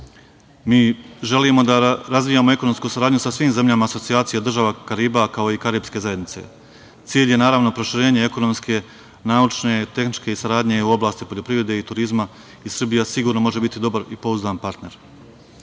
želimo da razvijamo ekonomsku saradnju sa svim zemljama, Asocijacija država Kariba, kao i Karipske zajednice. Cilj je naravno proširenje ekonomske, naučne, tehničke saradnje, u oblasti poljoprivrede i turizma i Srbija sigurno može biti dobar i pouzdan partner. Svi